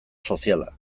soziala